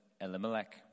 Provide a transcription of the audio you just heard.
Elimelech